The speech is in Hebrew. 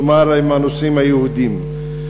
כלומר עם הנוסעים היהודים.